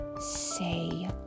Say